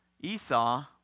Esau